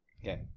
Okay